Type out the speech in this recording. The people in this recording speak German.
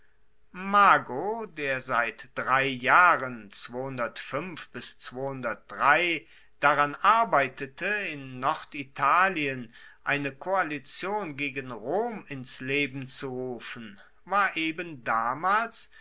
mago der seit drei jahren daran arbeitete in norditalien eine koalition gegen rom ins leben zu rufen war eben damals